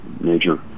major